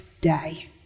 day